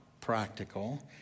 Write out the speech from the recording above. practical